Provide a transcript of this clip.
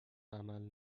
عمل